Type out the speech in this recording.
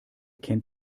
kennt